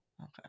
okay